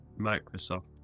Microsoft